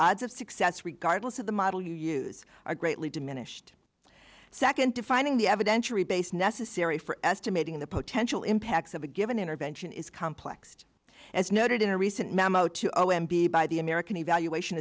odds of success regardless of the model you use are greatly diminished second defining the evidentiary base necessary for estimating the potential impacts of a given intervention is complex as noted in a recent memo to o m b by the american evaluation